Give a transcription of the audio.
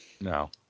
No